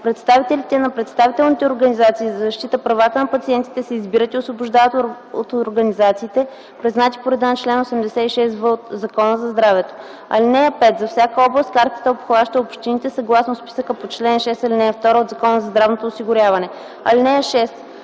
Представителите на представителните организации за защита правата на пациентите се избират и освобождават от организациите, признати по реда на чл. 86в от Закона за здравето. (5) За всяка област картата обхваща общините съгласно списъка по чл. 6, ал. 2 от Закона за здравното осигуряване. (6)